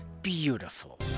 Beautiful